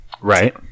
Right